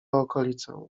okolicę